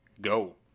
go